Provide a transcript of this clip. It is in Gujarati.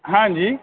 હા જી